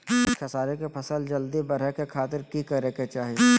खेसारी के फसल जल्दी बड़े के खातिर की करे के चाही?